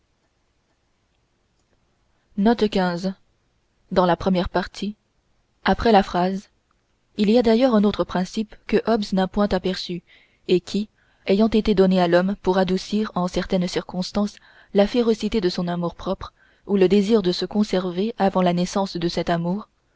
il y a d'ailleurs un autre principe que hobbes n'a point aperçu et qui ayant été donné à l'homme pour adoucir en certaines circonstances la férocité de son amour-propre ou le désir de se conserver avant la naissance de cet amour